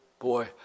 boy